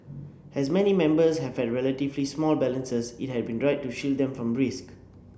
as many members have had relatively small balances it has been right to shield them from risk